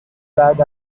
بعد